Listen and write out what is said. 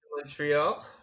Montreal